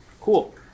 Cool